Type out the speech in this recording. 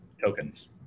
tokens